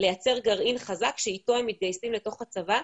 לייצר גרעין חזק שאיתו הם מתגייסים לתוך הצבא,